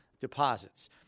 deposits